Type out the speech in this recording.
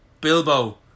Bilbo